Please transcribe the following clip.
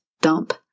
dump